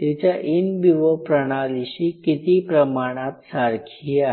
तिच्या in vivo प्रणालीशी किती प्रमाणात सारखी आहे